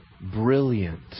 brilliant